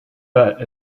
bet